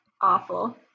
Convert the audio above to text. awful